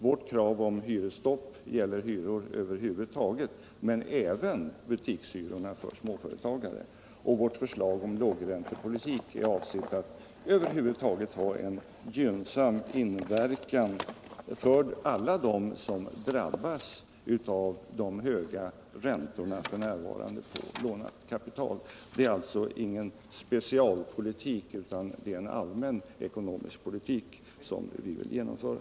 Vårt krav om hyresstopp gäller hyror över huvud taget men även butikshyror för småföretagare. Och vårt förslag om lågräntepolitik är avsett att över huvud taget ha en gynnsam inverkan för alla dem som drabbas av nuvarande höga räntor på lånat kapital. Det är alltså ingen specialpolitik utan det är en allmän ekonomisk politik som vi vill genomföra.